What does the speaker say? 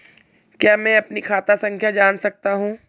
क्या मैं अपनी खाता संख्या जान सकता हूँ?